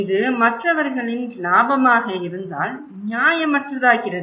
இது மற்றவர்களின் லாபமாக இருந்தால் நியாயமற்றதாகிறது